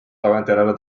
tagantjärele